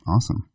awesome